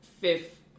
fifth